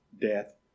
death